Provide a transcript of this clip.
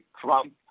Trump